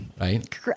right